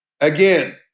Again